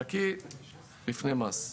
נקי לפני מס.